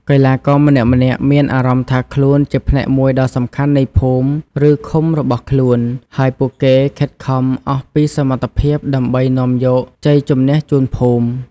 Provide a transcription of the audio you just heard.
កីឡាករម្នាក់ៗមានអារម្មណ៍ថាខ្លួនជាផ្នែកមួយដ៏សំខាន់នៃភូមិ ឬឃុំរបស់ខ្លួន ហើយពួកគេខិតខំអស់ពីសមត្ថភាពដើម្បីនាំយកជ័យជម្នះជូនភូមិ។